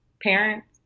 Parents